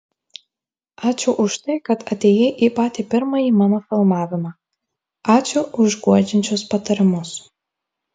ačiū už tai kad atėjai į patį pirmąjį mano filmavimą ačiū už guodžiančius patarimus